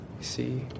See